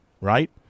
right